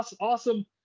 Awesome